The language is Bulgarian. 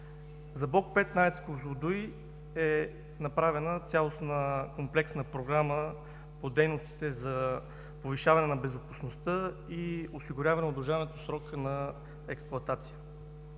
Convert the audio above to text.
За блок V на АЕЦ „Козлодуй“ е направена цялостна комплексна програма по дейностите за повишаване на безопасността и осигуряване удължаването срока на експлоатация.